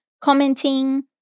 commenting